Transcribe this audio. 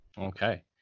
Okay